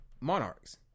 monarchs